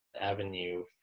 avenue